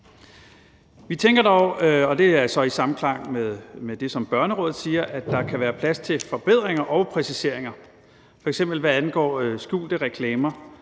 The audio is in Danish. Vi tænker dog – og det er så i samklang med det, som Børnerådet siger – at der kan være plads til forbedringer og præciseringer, f.eks. hvad angår skjulte reklamer